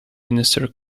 minister